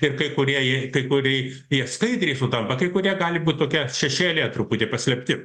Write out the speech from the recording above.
ir kai kurie jie kai kurį jie skaidriai sutampa kai kurie gali būt tokia šešėlyje truputį paslėpti